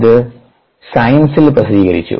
ഇത് സയൻസിൽ പ്രസിദ്ധീകരിച്ചു